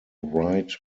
write